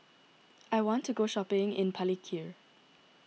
I want to go shopping in Palikir